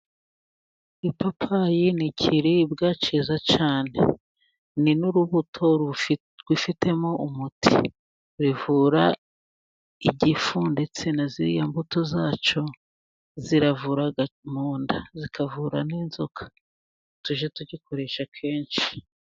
Ipapayi ni ikiribwa cyiza cyane. Ni n'urubuto rwifitemo umuti, ivura igifu ndetse na ziriya mbuto zacyo ziravura mu nda zikavura n'inzoka. Tujye tugikoresha kenshi.